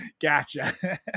Gotcha